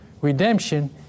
Redemption